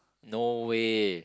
no way